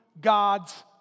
God's